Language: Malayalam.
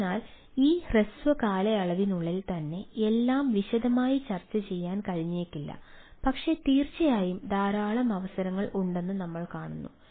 അതിനാൽ ഈ ഹ്രസ്വ കാലയളവിനുള്ളിൽ തന്നെ എല്ലാം വിശദമായി ചർച്ചചെയ്യാൻ കഴിഞ്ഞേക്കില്ല പക്ഷേ തീർച്ചയായും ധാരാളം അവസരങ്ങൾ ഉണ്ടെന്ന് നമ്മൾ കാണുന്നു